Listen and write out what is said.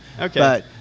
Okay